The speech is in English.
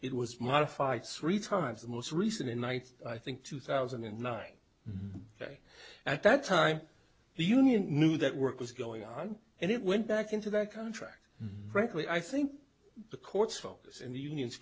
it was modified three times the most recent in one night i think two thousand and nine ok at that time the union knew that work was going on and it went back into that contract frankly i think the court's focus in the union